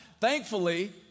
Thankfully